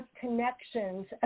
connections